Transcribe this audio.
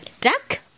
Duck